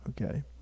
Okay